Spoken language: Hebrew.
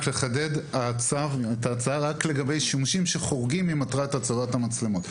מדובר רק לגבי שימושים שחורגים ממטרת הצבת המצלמות.